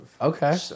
Okay